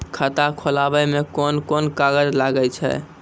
खाता खोलावै मे कोन कोन कागज लागै छै?